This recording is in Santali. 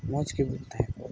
ᱢᱚᱡᱽ ᱜᱮᱵᱚᱱ ᱛᱟᱦᱮᱸ ᱠᱚᱜ